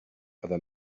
other